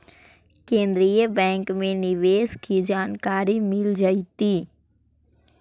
केन्द्रीय बैंक में निवेश की जानकारी मिल जतई